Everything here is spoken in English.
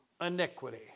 iniquity